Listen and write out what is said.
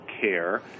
care